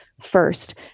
first